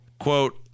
quote